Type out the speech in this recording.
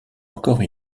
encore